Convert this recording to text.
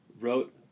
wrote